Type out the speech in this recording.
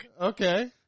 Okay